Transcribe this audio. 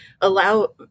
allow